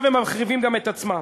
עכשיו הם מחריבים גם את עצמם.